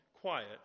quiet